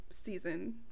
season